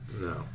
No